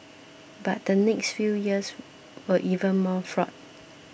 but the next few years were even more fraught